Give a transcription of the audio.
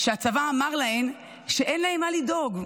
הצבא אמר להן שאין להן מה לדאוג,